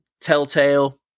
Telltale